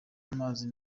amazi